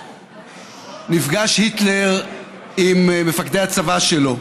נפגש היטלר עם מפקדי הצבא שלו